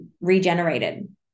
regenerated